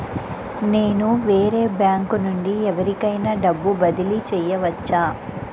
నేను వేరే బ్యాంకు నుండి ఎవరికైనా డబ్బు బదిలీ చేయవచ్చా?